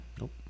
nope